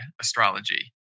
astrology